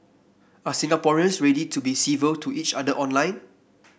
are Singaporeans ready to be civil to each other online